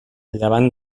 llevant